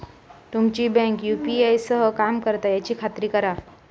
तुमची bank UPI सह काम करता याची खात्री करा